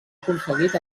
aconseguit